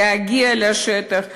להגיע לשטח.